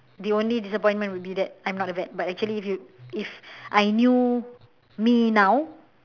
the only disappointment would be that I'm not the vet but actually if you if I knew me now